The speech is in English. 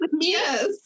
Yes